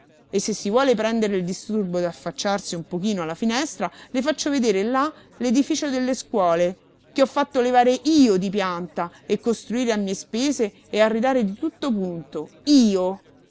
e se si vuole prendere il disturbo d'affacciarsi un pochino alla finestra le faccio vedere là l'edificio delle scuole che ho fatto levare io di pianta e costruire a mie spese e arredare di tutto punto io